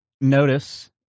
notice